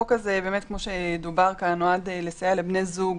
כמו שדובר כאן, החוק הזה נועד לסייע לבני זוג